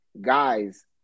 guys